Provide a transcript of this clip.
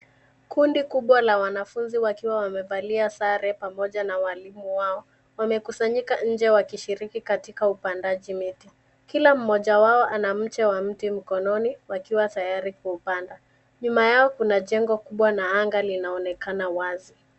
Kundi kubwa la wanafunzi wakiwa wamevalia sare pamoja na walimu wao wamekusanyika nje wakishirika katika upandaji miti. KIla mmoja wao ana mche wa mti mkononi wakiwa tayari kupanda. Nyuma yao kuna jengo kubwa na anga linaonekana wazi.